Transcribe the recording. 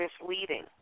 misleading